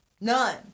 none